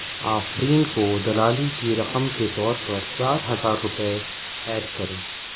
آفرین کو دلالی کی رقم کے طور پر چار ہزار روپئے ایڈ کرو